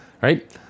Right